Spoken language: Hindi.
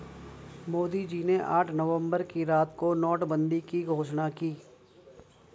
मोदी जी ने आठ नवंबर की रात को नोटबंदी की घोषणा की